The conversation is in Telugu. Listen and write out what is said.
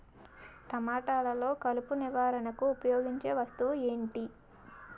టమాటాలో కలుపు నివారణకు ఉపయోగించే వస్తువు ఏంటి?